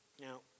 Now